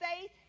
faith